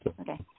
Okay